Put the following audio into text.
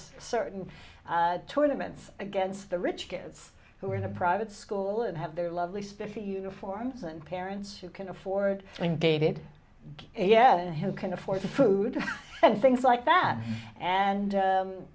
certain tournaments against the rich kids who are in a private school and have their lovely spiffy uniforms and parents you can afford and dated yes who can afford food and things like that and